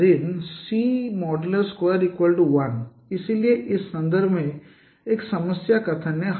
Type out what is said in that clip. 21 इसलिए इस संदर्भ में एक समस्या कथन है